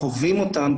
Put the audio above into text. קודם.